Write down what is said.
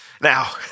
Now